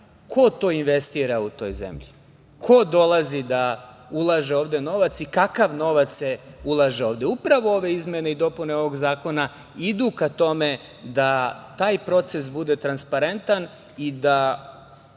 ko to investira u toj zemlji, ko dolazi da ulaže ovde novac i kakav novac se ulaže ovde. Upravo ove izmene i dopune ovog zakona idu ka tome da taj proces bude transparentan i da